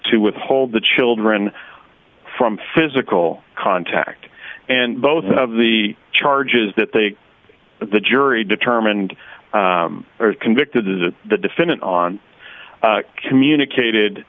to withhold the children from physical contact and both of the charges that they the jury determined convicted to the defendant on communicated